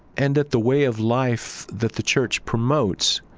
and that the way of life that the church promotes